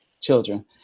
children